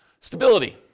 Stability